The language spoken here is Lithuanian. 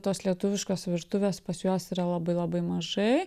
tos lietuviškos virtuvės pas juos yra labai labai mažai